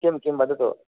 किं किं वदतु